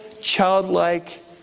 childlike